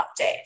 update